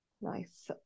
nice